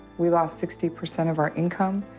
we lost sixty percent of our income.